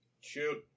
Shoot